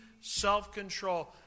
self-control